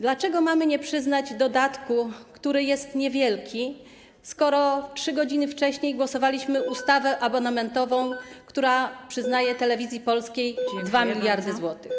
Dlaczego mamy nie przyznać dodatku, który jest niewielki, skoro 3 godziny wcześniej głosowaliśmy nad ustawą abonamentową, która przyznaje Telewizji Polskiej 2 mld zł.